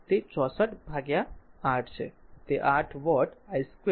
તે 64 બાય 8 છે 8 watt i2 પણ 12R 8